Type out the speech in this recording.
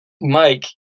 Mike